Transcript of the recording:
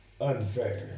unfair